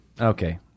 Okay